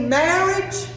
marriage